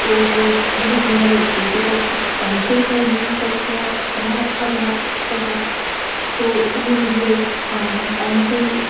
तो वह बड़ी सुन्दर लगती है कि सिर्फ एक पेंसिल का यूज करके आप इतना अच्छा बना सकते हो तो इसलिए मुझे पेंसिल